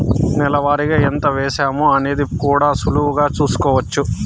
నెల వారిగా ఎంత వేశామో అనేది కూడా సులువుగా చూస్కోచ్చు